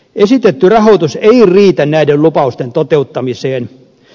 esitetty rahoitus ei riitä näiden lupausten toteuttamiseen